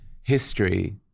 History